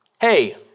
hey